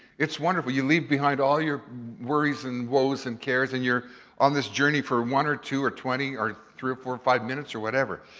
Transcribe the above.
it's wonderful. you leave behind all your worries and woes and cares, and you're on this journey for one or two or twenty, or three or four or five minutes, or whatever.